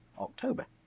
October